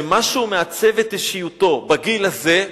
ומה שמעצב את אישיותו בגיל הזה,